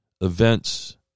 Events